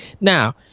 Now